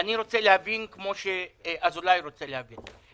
אני רוצה להבין כמו שאזולאי רוצה להבין.